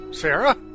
Sarah